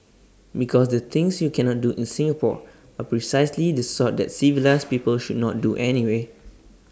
because the things you cannot do in Singapore are precisely the sort that civilised people should not do anyway